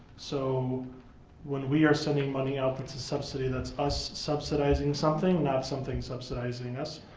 so when we are sending money out that's a subsidy. that's us subsidizing something, not something subsidizing us.